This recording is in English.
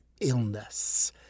illness